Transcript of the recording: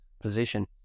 position